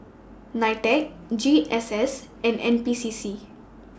NITEC G S S and N P C C